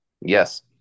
Yes